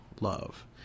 love